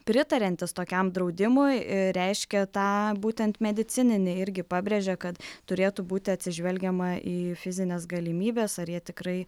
pritariantys tokiam draudimui reiškia tą būtent medicininį irgi pabrėžia kad turėtų būti atsižvelgiama į fizines galimybes ar jie tikrai